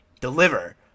deliver